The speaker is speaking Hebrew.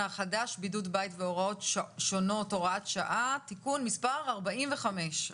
החדש)(בידוד בית והוראות שונות) (הוראת שעה) (תיקון מס' 45),